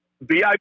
VIP